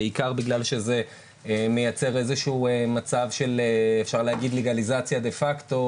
בעיקר בגלל שזה מייצר איזשהו מצב של אפשר להגיד לגליזציה דה פקטו,